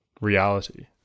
reality